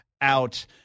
out